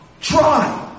Try